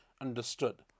understood